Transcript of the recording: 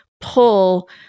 pull